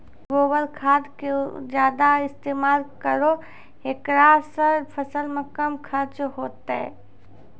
गोबर खाद के ज्यादा इस्तेमाल करौ ऐकरा से फसल मे कम खर्च होईतै?